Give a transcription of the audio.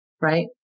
Right